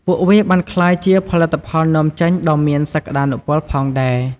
ពួកវាបានក្លាយជាផលិតផលនាំចេញដ៏មានសក្តានុពលផងដែរ។